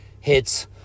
hits